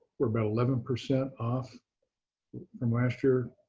we're about eleven percent off from last year.